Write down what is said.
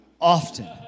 often